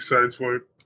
Sideswipe